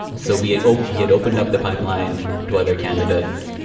so we had opened had opened up the pipeline to other candidates,